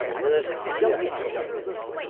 the most delicate thoughts,